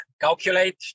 calculate